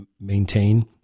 maintain